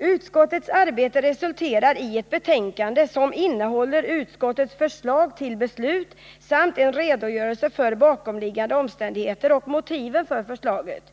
”Utskottets arbete resulterar i ett betänkande som innehåller utskottets förslag till beslut, samt en redogörelse för bakomliggande omständigheter och motiven för förslaget.